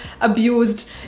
abused